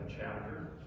chapter